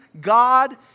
God